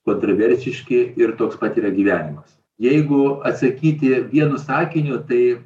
kontroversiški ir toks pat yra gyvenimas jeigu atsakyti vienu sakiniu tai